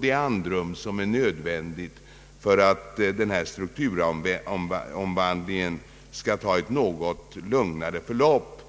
det andrum som är nödvändigt för att den pågående strukturomvandlingen skall kunna få ett något lugnare förlopp.